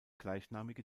gleichnamige